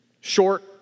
short